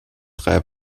drei